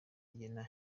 rigena